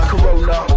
Corona